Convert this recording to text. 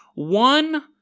One